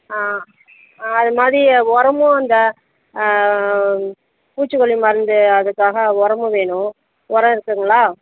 ஆ ஆ அது மாதிரி உரமும் அந்த பூச்சிக்கொல்லி மருந்து அதுக்காக உரமும் வேணும் உரோம் இருக்குதுங்களா